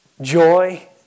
joy